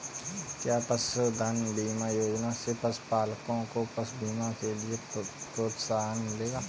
क्या पशुधन बीमा योजना से पशुपालकों को पशु बीमा के लिए प्रोत्साहन मिलेगा?